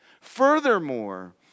Furthermore